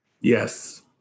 Yes